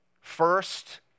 First